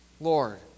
Lord